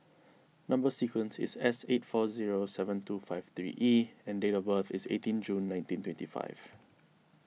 Number Sequence is S eight four zero seven two five three E and date of birth is eighteen June nineteen twenty five